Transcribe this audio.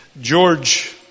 George